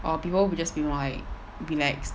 or people will just be more like relaxed